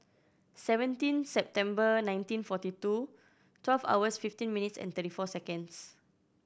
seventeen September nineteen forty two twelve hours fifteen minutes and thirty four seconds